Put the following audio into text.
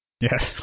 Yes